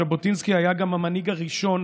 ז'בוטינסקי היה גם המנהיג הראשון,